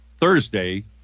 Thursday